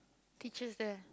teachers there